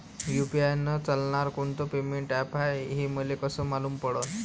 UPI चालणारं कोनचं payment app हाय, हे मले कस मालूम पडन?